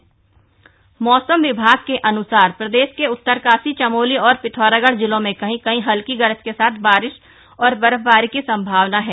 मौसम मौसम विभाग के अनुसार प्रदेश के उत्तरकाशी चमोली और पिथौरागढ़ जिलों में कहीं कहीं हल्की गरज के साथ बारिश और बर्फवारी की संभावना है